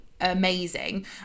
amazing